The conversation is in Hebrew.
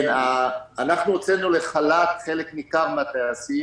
אנחנו הוצאנו לחל"ת חלק ניכר מן הטייסים.